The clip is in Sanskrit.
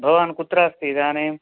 भवान् कुत्र अस्ति इदानीम्